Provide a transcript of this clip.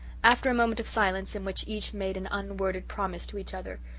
after a moment of silence, in which each made an unworded promise to each other,